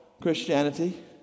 christianity